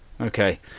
okay